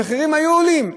המחירים היו עולים,